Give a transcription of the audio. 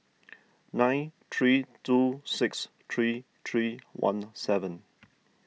nine three two six three three one seven